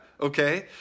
okay